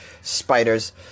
spiders